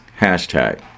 hashtag